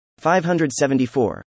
574